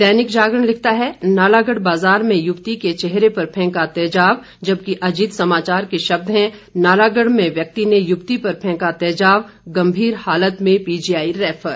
दैनिक जागरण लिखता है नालागढ़ बाजार में युवती के चेहरे पर फेंका तेजाब जबकि अजीत समाचार के शब्द हैं नालागढ़ में व्यक्ति ने युवती पर फेंका तेजाब गंभीर हालत में पीजीआई रैफर